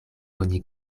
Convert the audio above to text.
oni